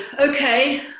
okay